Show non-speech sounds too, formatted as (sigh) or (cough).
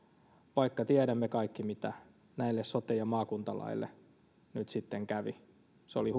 vaikka tiedämme kaikki mitä näille sote ja maakuntalaeille nyt sitten kävi se oli (unintelligible)